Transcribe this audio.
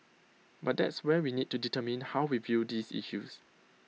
but that's where we need to determine how we view these issues